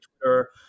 Twitter